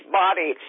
body